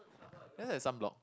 then there sunblock